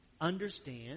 understand